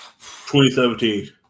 2017